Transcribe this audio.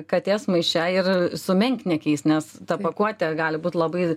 katės maiše ir su menkniekiais nes ta pakuotė gali būt labai